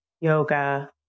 yoga